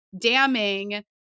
damning